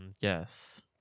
Yes